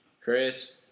Chris